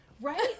right